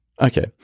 okay